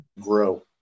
grow